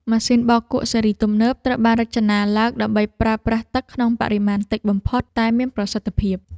ម៉ាស៊ីនបោកគក់ស៊េរីទំនើបត្រូវបានរចនាឡើងដើម្បីប្រើប្រាស់ទឹកក្នុងបរិមាណតិចបំផុតតែមានប្រសិទ្ធភាព។